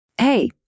Hey